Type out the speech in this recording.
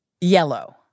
Yellow